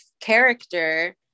character